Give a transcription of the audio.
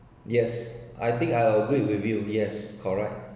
yes I think I agree with you yes correct